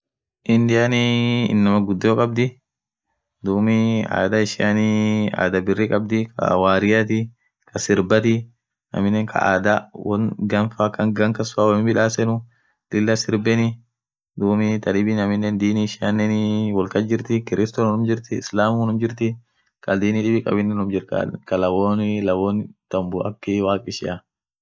indian inamaa ghudio khabdhi dhub adhaa ishiani adhaa birri khabdhi Kaa warriathi kaaa sirbati aminen Kaa adhaa won ghan kas faa woo midhasenu Lila sirbeni dhubinen amine dini ishian wol kas jirti kiristo islamu hinjirthii Kaa dini khabinen numm jirthii Kaa lawwon tambuu akaa waq ishia